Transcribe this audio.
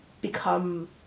become